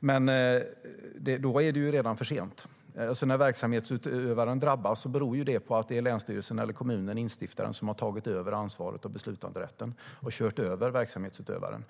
Men då är det redan för sent. När verksamhetsutövaren drabbas beror det på att länsstyrelsen eller kommunen, instiftaren, har tagit över ansvaret och beslutanderätten och kört över verksamhetsutövaren.